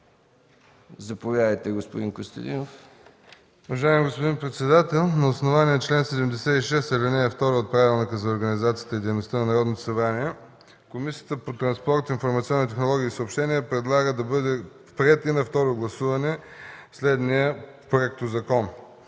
Заповядайте, господин Костов.